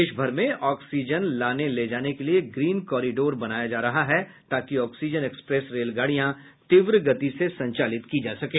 देशभर में ऑक्सीजन लाने ले जाने के लिए ग्रीन कॉरिडोर बनाया जा रहा है ताकि ऑक्सीजन एक्सप्रेस रेलगाड़ियां तीव्र गति से संचालित की जा सकें